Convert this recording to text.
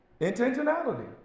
Intentionality